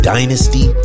Dynasty